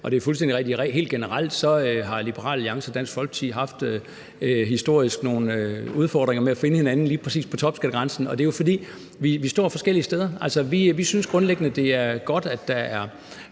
på. Det er fuldstændig rigtigt, at helt generelt har Liberal Alliance og Dansk Folkeparti historisk haft nogle udfordringer med at finde hinanden lige præcis i spørgsmålet om topskattegrænsen. Det er jo, fordi vi står forskellige steder. Vi synes grundlæggende, det er godt, at der er